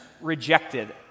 rejected